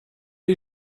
die